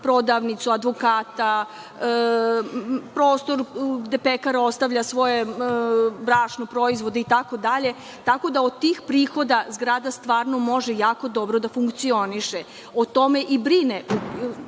prodavnicu, advokata, prostor gde pekara ostavlja svoje brašno, proizvode, itd, tako da od tih prihoda zgrada stvarno može jako dobro da funkcioniše. O tome i brine,